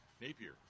Napier